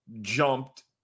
jumped